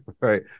right